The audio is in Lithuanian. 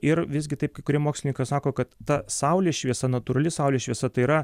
ir visgi taip kai kurie mokslininkai sako kad ta saulės šviesa natūrali saulės šviesa tai yra